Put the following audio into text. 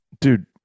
Dude